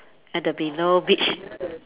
at the below beach